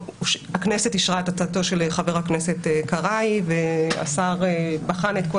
הכנסת אישרה את הצעתו של חבר הכנסת קרעי והשר בחן את כל